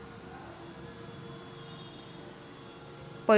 पैसे जमा ठेवले त मले पुढं त्याचा कसा फायदा होईन?